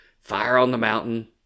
fire-on-the-mountain